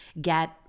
Get